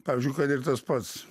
pavyzdžiui kad ir tas pats